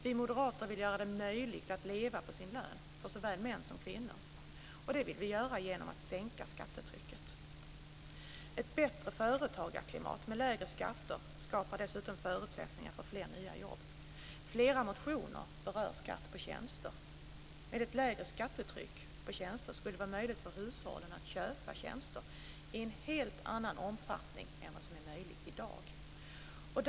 Vi moderater vill göra det möjligt att leva på sin lön för såväl män som kvinnor. Och detta vill vi göra genom att sänka skattetrycket. Ett bättre företagarklimat med lägre skatter skapar dessutom förutsättningar för fler nya jobb. Flera motioner berör skatt på tjänster. Med ett lägre skattetryck skulle det vara möjligt för hushållen att köpa tjänster i en helt annan omfattning än vad som är möjligt i dag.